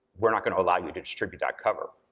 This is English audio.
we're not gonna allow you to distribute that cover,